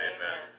Amen